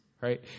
Right